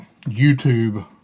YouTube